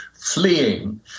fleeing